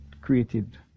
created